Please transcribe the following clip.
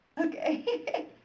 Okay